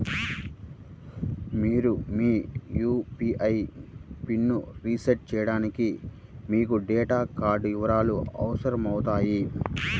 మీరు మీ యూ.పీ.ఐ పిన్ని రీసెట్ చేయడానికి మీకు డెబిట్ కార్డ్ వివరాలు అవసరమవుతాయి